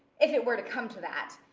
if it were to come to that.